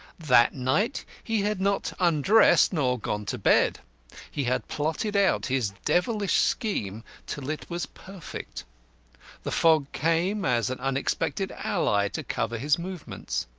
that night he had not undressed nor gone to bed he had plotted out his devilish scheme till it was perfect the fog came as an unexpected ally to cover his movements.